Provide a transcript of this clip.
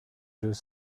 deux